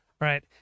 right